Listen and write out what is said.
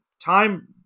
time